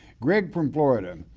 greg from florida,